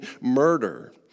murder